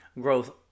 growth